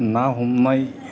ना हमनाय